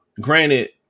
granted